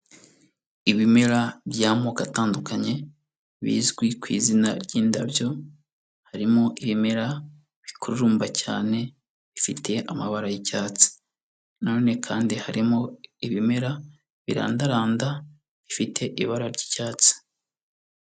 Ibimera by'amoko atandukanye bizwi ku izina ry'indabyo, harimo ibimera bikururumba cyane bifite amabara y'icyatsi na none kandi harimo ibimera birandaranda bifite ibara ry'icyatsi.